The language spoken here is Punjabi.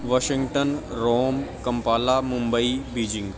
Washington Rome Kampala Mumbai Beijing